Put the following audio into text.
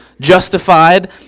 justified